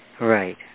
Right